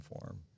form